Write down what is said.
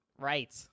Right